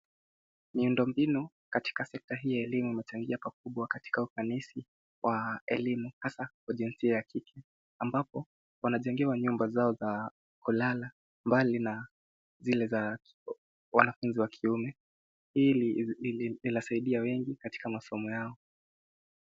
Miundo mbinu katika sekta hii ya elimu imechangia pakubwa katika ufanisi wa elimu hasa wa jinsia ya kike ambapo wanajengewa nyumba zao za kulala mbali na zile za wanafunzi wa kiume. Hii linasaidia wengi katika masomo yao.